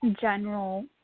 general